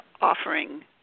offering